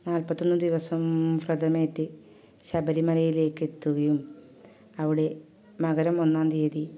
നാൽപ്പത്തൊന്ന് ദിവസം വ്രതമേറ്റ് ശബരി മലയിലേക്കെത്തുകയും അവിടെ മകരം ഒന്നാം തീയ്യതി